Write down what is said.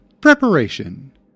preparation